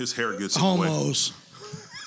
homos